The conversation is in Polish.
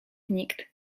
nikt